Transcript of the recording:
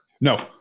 No